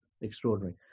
extraordinary